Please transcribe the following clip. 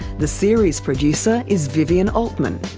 the series producer is vivien altman,